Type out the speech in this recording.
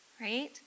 Right